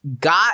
got